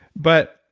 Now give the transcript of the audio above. but